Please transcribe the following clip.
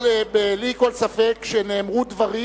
אבל בלי כל ספק נאמרו דברים